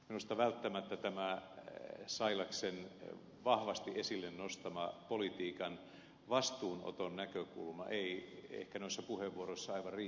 minusta välttämättä tämä sailaksen vahvasti esille nostama politiikan vastuunoton näkökulma ei ehkä noissa puheenvuoroissa aivan riittävästi avautunut